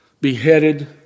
beheaded